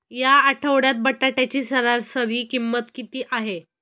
या आठवड्यात बटाट्याची सरासरी किंमत किती आहे?